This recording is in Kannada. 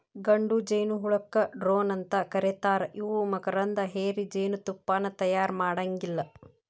ಗಂಡು ಜೇನಹುಳಕ್ಕ ಡ್ರೋನ್ ಅಂತ ಕರೇತಾರ ಇವು ಮಕರಂದ ಹೇರಿ ಜೇನತುಪ್ಪಾನ ತಯಾರ ಮಾಡಾಂಗಿಲ್ಲ